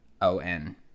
O-N